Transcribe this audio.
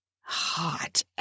hot